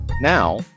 now